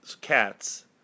cats